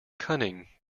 cunning